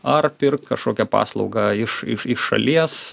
ar pirkt kažkokią paslaugą iš iš iš šalies